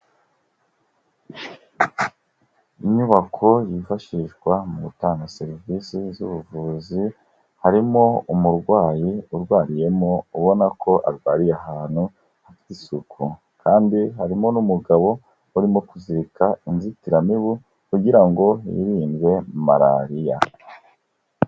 Inyubako yifashishwa mu gutanga serivisi z'ubuvuzi, harimo umurwayi urwariyemo, ubona ko arwariye ahantu hafite isuku kandi harimo n'umugabo urimo kuzirika inzitiramibu kugira ngo hirindwe Malariya.